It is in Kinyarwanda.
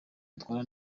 yitwara